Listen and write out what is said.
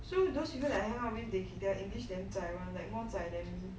so those people that I hang out with their english damn 在 [one] like more 在 then me